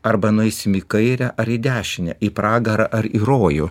arba nueisime į kairę ar į dešinę į pragarą ar į rojų